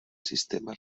sistema